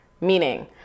Meaning